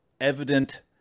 evident